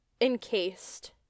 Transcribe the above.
encased